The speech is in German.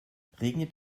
regnet